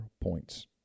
points